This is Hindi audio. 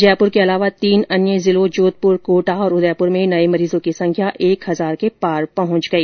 जयपुर के अलावा तीन अन्य जिलों जोधपुर कोटा और उदयपुर में नये मरीजों के संख्या एक हजार के पार पहुंच गई